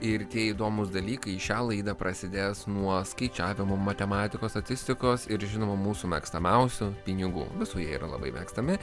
ir tie įdomūs dalykai į šią laidą prasidės nuo skaičiavimo matematikos statistikos ir žinoma mūsų mėgstamiausių pinigų visų jie yra labai mėgstami